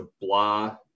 blah